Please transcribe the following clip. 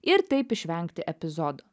ir taip išvengti epizodo